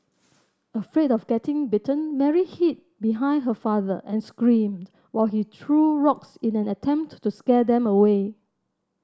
afraid of getting bitten Mary hid behind her father and screamed while he threw rocks in an attempt to to scare them away